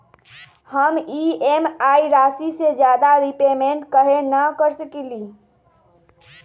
हम ई.एम.आई राशि से ज्यादा रीपेमेंट कहे न कर सकलि ह?